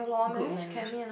good marriage